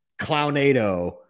Clownado